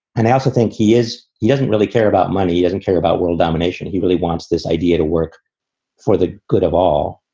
and i also think he is he doesn't really care about money. he doesn't care about world domination. he really wants this idea to work for the good of all.